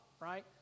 right